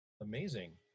Amazing